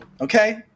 okay